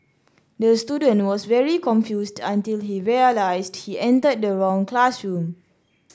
the student was very confused until he realised he entered the wrong classroom